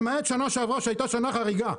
למעט שנה שעברה שהייתה שנה חריגה.